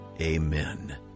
Amen